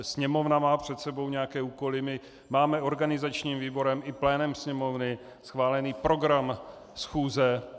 Sněmovna má před sebou nějaké úkoly, máme organizačním výborem i plénem Sněmovny schválen program schůze.